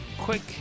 quick